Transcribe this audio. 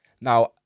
Now